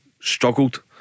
struggled